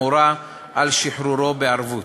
המורה על שחרורו בערבות.